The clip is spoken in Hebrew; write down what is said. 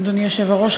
אדוני היושב-ראש,